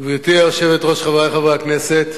גברתי היושבת-ראש, חברי חברי הכנסת,